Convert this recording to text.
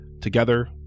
Together